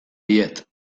diet